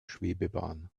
schwebebahn